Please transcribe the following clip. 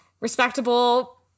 respectable